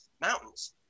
mountains